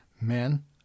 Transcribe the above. men